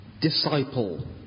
disciple